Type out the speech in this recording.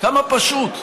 כמה פשוט.